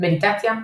מדיטציה,